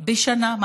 בשנה.